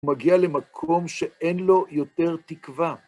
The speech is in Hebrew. מגיע למקום שאין לו יותר תקווה.